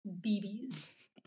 BBs